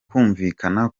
kumvikana